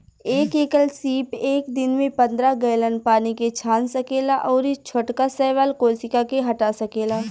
एक एकल सीप एक दिन में पंद्रह गैलन पानी के छान सकेला अउरी छोटका शैवाल कोशिका के हटा सकेला